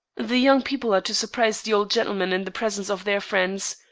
the young people are to surprise the old gentleman in the presence of their friends.